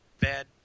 bad